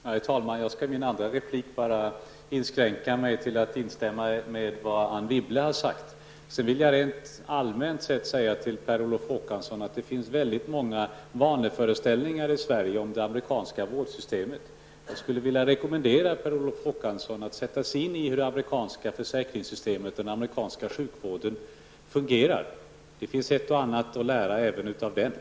Herr talman! I denna min andra replik inskränker jag mig till att instämma i vad Anne Wibble sade. Rent allmänt vill jag dessutom säga till Per Olof Håkansson att det finns väldigt många vanföreställningar i Sverige när det gäller det amerikanska vårdsystemet. Jag skulle vilja rekommendera Per Olof Håkansson att sätta sig in i hur det amerikanska försäkringssystemet och den amerikanska sjukvården fungerar. Det finns ett och annat lära även i det sammanhanget.